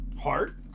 heart